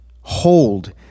hold